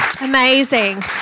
amazing